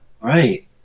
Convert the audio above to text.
Right